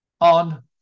on